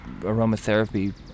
aromatherapy